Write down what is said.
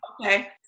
Okay